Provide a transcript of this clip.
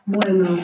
Bueno